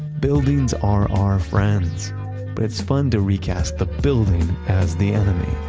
buildings are our friends. but it's fun to recast the building as the enemy,